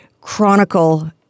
chronicle